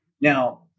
Now